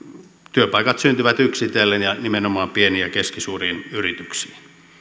työpaikat syntyvät yksitellen ja nimenomaan pieniin ja keskisuuriin yrityksiin